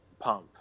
pump